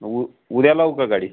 मग उं उद्या लावू का गाडी